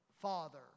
Father